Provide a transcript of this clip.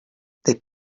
they